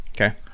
okay